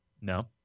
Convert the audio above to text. No